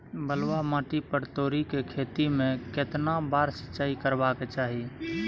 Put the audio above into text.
बलुआ माटी पर तोरी के खेती में केतना बार सिंचाई करबा के चाही?